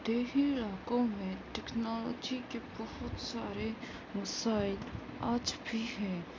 دیہی علاقوں میں ٹیکنالوجی کے بہت سارے مسائل آج بھی ہیں